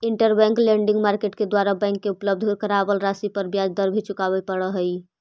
interbank lending market के द्वारा bank के उपलब्ध करावल राशि पर ब्याज भी चुकावे पड़ऽ हइ